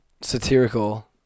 satirical